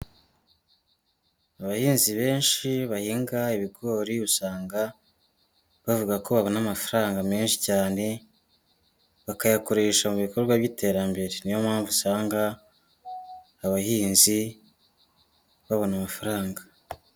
Abahinzi benshi bahinga ibigori usanga bavuga ko babona amafaranga menshi cyane, bakayakoresha mu bikorwa by'iterambere, ni yo mpamvu usanga abahinzi babona amafaranga.